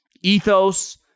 ethos